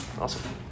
Awesome